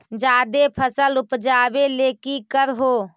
जादे फसल उपजाबे ले की कर हो?